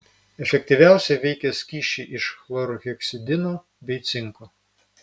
efektyviausiai veikia skysčiai iš chlorheksidino bei cinko